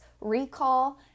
recall